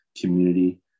community